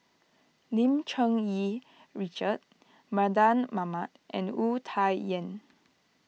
Lim Cherng Yih Richard Mardan Mamat and Wu Tsai Yen